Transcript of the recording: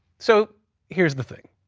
so here's the thing,